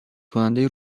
کننده